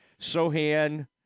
Sohan